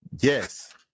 Yes